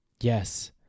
Yes